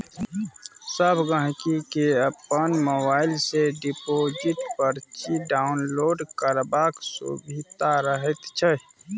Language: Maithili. सब गहिंकी केँ अपन मोबाइल सँ डिपोजिट परची डाउनलोड करबाक सुभिता रहैत छै